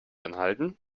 anhalten